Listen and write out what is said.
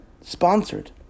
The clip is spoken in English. sponsored